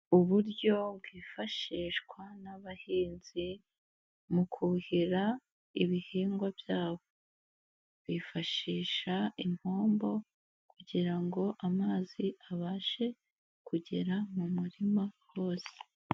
Uburyo bwifashishwa n'abahinzi mu kuhira ibihingwa byabo, bifashisha impombo kugira ngo amazi abashe kugera mu murima wose.